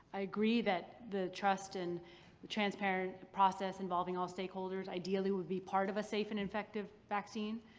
i agree that the trust and the transparent process involving all stakeholders ideally would be part of a safe and effective vaccine,